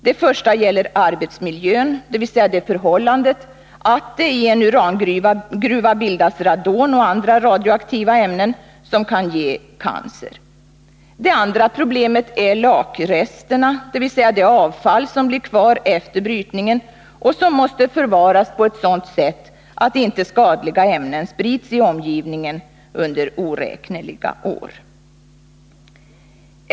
Det första gäller arbetsmiljön, dvs. det förhållandet att det i en urangruva bildas radon och andra radioaktiva ämnen som kan ge cancer. Det andra problemet är lakresterna, dvs. det avfall som blir kvar efter brytningen och som måste förvaras på ett sådant sätt att farliga ämnen inte sprids i omgivningen under oräkneliga år.